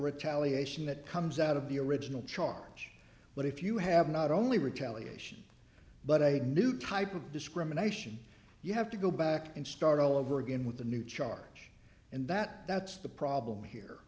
retaliate that comes out of the original charge but if you have not only retaliation but a new type of discrimination you have to go back and start all over again with a new charge and that that's the problem here